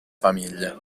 famiglie